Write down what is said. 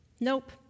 Nope